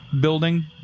building